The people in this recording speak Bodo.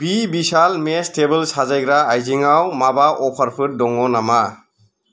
बि बिसाल मेस थेबोल साजायग्रा आइजेंयाव माबा अफारफोर दङ नामा